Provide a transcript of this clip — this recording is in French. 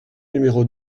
numéro